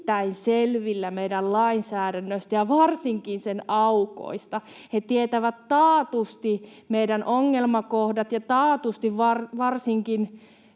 selvillä meidän lainsäädännöstämme ja varsinkin sen aukoista? He tietävät taatusti meidän ongelmakohtamme ja taatusti varsinkin